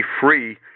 free